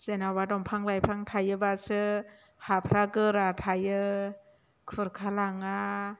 जेनेबा दंफां लाइफां थायोब्लासो हाफ्रा गोरा थायो खुरखा लाङा